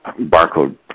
barcode